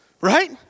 right